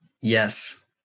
Yes